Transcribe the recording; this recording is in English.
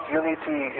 unity